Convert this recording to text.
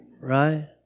Right